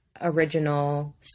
Original